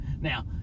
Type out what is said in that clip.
Now